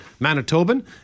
Manitoban